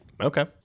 Okay